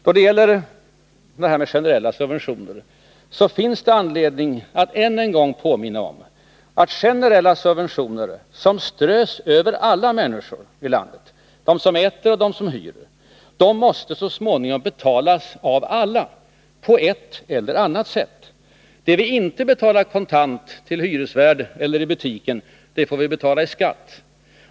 Då det gäller generella subventioner finns det anledning att än en gång påminna om att generella subventioner som strös över alla människor i landet, över dem som äter och dem som hyr, så småningom måste betalas av alla — på ett eller annat sätt. Det vi inte betalar kontant till hyresvärden eller i butiken får vi betala i skatt.